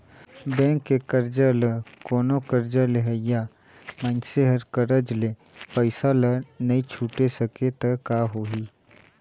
bank के करजा ल कोनो करजा लेहइया मइनसे हर करज ले पइसा ल नइ छुटे सकें त का होही